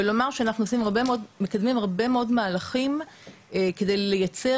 אנחנו מקדמים הרבה מאוד מהלכים כדי לייצר